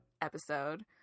episode